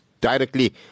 directly